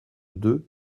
deux